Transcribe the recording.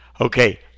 Okay